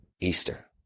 Easter